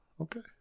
okay